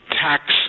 tax